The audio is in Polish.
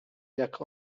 jak